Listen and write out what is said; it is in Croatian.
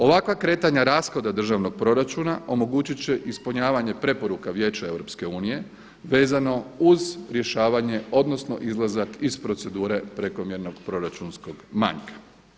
Ovakva kretanja rashoda državnog proračuna omogućit će ispunjavanje preporuka Vijeća Europske unije vezano uz rješavanje, odnosno izlazak iz procedure prekomjernog proračunskog manjka.